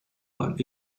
but